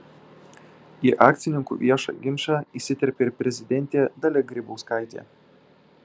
į akcininkų viešą ginčą įsiterpė ir prezidentė dalia grybauskaitė